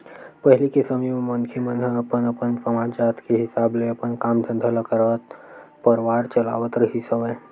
पहिली के समे म मनखे मन ह अपन अपन समाज, जात के हिसाब ले अपन काम धंधा ल करत परवार चलावत रिहिस हवय